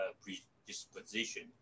predisposition